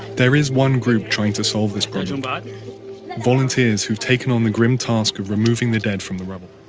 there is one group trying to solve this problem but volunteers who've taken on the grim task of removing the dead from the rubble